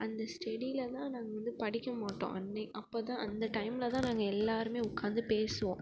அந்த ஸ்டெடிலலாம் நாங்கள் வந்து படிக்கமாட்டோம் அன்னைக்கு அப்போது தான் அந்த டைமில் தான் நாங்கள் எல்லோருமே உட்காந்து பேசுவோம்